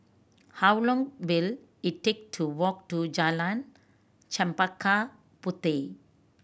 how long will it take to walk to Jalan Chempaka Puteh